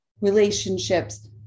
relationships